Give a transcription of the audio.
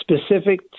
specific